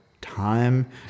time